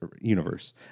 universe